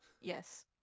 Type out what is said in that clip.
Yes